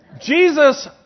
Jesus